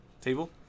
table